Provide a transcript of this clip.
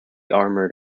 armored